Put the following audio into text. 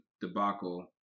debacle